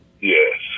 Yes